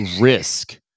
risk